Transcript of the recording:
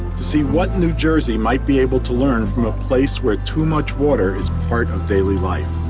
to see what new jersey might be able to learn from a place where too much water is part of daily life.